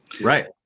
Right